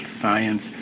science